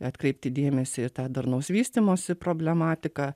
atkreipti dėmesį į tą darnaus vystymosi problematiką